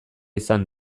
izan